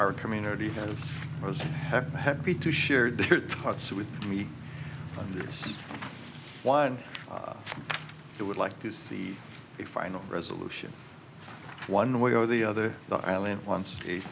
our community was happy to share their thoughts with me on this one they would like to see a final resolution one way or the other the island once a